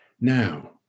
Now